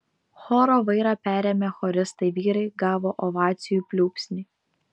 choro vairą perėmę choristai vyrai gavo ovacijų pliūpsnį